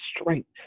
strength